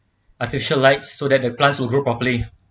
artificial light so that the plants will grow properly